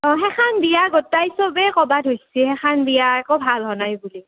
অঁ সেইখান বিয়া গোটেই চবে কবা ধচ্চি সেখান বিয়া একো ভাল হ নাই বুলি